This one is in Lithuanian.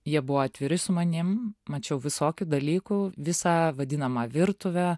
jie buvo atviri su manim mačiau visokių dalykų visą vadinamą virtuvę